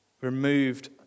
removed